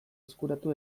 eskuratu